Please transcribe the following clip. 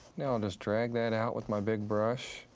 now i'll just drag that out with my big brush.